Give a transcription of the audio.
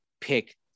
pick